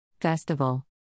Festival